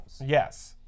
Yes